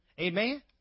Amen